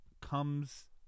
comes